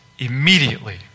Immediately